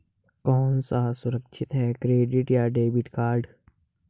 कौन सा सुरक्षित है क्रेडिट या डेबिट कार्ड?